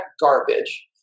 garbage